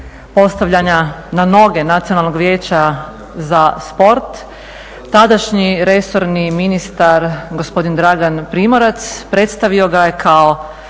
postavljanja na noge Nacionalnog vijeća za sport, tadašnji resorni ministar gospodin Dragan Primorac predstavio ga je